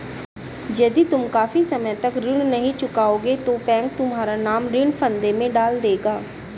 यदि तुम काफी समय तक ऋण नहीं चुकाओगे तो बैंक तुम्हारा नाम ऋण फंदे में डाल देगा